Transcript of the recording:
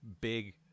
big